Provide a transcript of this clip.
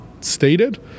stated